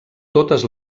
totes